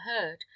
heard